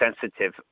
sensitive